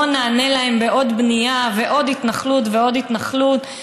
בואו נענה להם בעוד בנייה ועוד התנחלות ועוד התנחלות,